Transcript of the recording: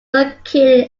located